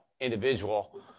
individual